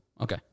Okay